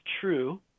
true